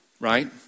Right